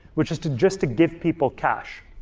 which is to just give people cash.